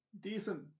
decent